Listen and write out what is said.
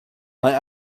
mae